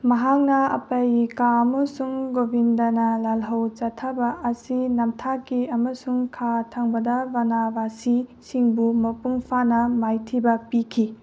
ꯃꯍꯥꯛꯅ ꯑꯄꯦꯌꯤꯀꯥ ꯑꯃꯁꯨꯡ ꯒꯣꯕꯤꯟꯗꯅ ꯂꯥꯜꯍꯧ ꯆꯠꯊꯕ ꯑꯁꯤ ꯅꯝꯊꯥꯛꯀꯤ ꯑꯃꯁꯨꯡ ꯈꯥ ꯊꯪꯕꯗ ꯒꯅꯥꯒꯥꯁꯤꯁꯤꯡꯕꯨ ꯃꯄꯨꯡ ꯐꯥꯅ ꯃꯥꯏꯊꯤꯕ ꯄꯤꯈꯤ